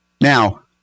Now